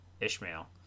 Ishmael